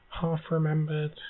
half-remembered